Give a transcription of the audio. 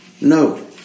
No